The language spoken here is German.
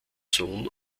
sohn